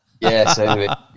Yes